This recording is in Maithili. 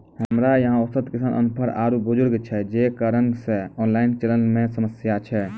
हमरा यहाँ औसत किसान अनपढ़ आरु बुजुर्ग छै जे कारण से ऑनलाइन चलन मे समस्या छै?